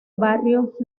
barrios